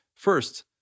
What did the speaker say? First